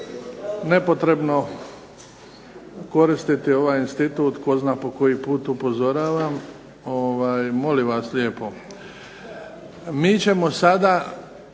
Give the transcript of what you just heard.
nepotrebno koristiti ovaj institut, tko zna po koji put upozoravam, molim vas lijepo. Mi ćemo sada